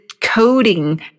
coding